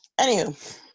anywho